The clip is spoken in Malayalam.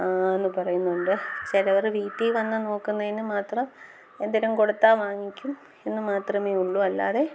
എന്ന് പറയുന്നുണ്ട് ചിലവർ വീട്ടിൽ വന്ന് നോക്കുന്നതിന് മാത്രം എന്തെങ്കിലും കൊടുത്താൽ വാങ്ങിക്കും എന്ന് മാത്രമേ ഉള്ളൂ അല്ലാതെ